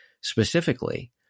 specifically